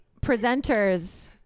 Presenters